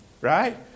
right